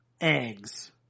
eggs